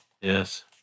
Yes